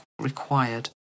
required